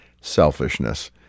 selfishness